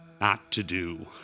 not-to-do